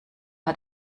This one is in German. hat